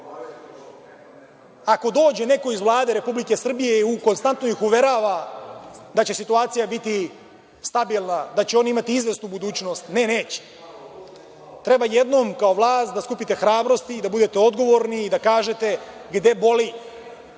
ako dođe neko iz Vlade Republike Srbije i konstantno ih uverava da će situacija biti stabilna, da će oni imati izvesnu budućnost. Ne, neće. Treba jednom kao vlast da skupite hrabrosti i da budete odgovorni i da kažete gde boli,